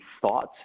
thoughts